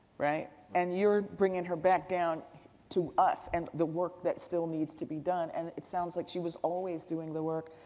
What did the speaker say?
right? and, you're bringing her back down to us and the work that still needs to be done. and, it sounds like she was always doing the work.